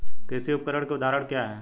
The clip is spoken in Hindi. कृषि उपकरण के उदाहरण क्या हैं?